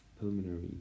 pulmonary